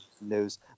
news